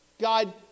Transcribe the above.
God